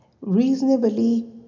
reasonably